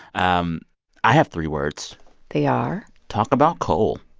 um i have three words they are? talk about coal